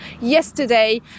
yesterday